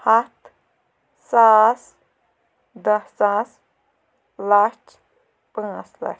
ہَتھ ساس دَہ ساس لَچھ پانٛژھ لَچھ